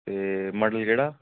ते मड़ली केह्ड़ा